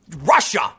Russia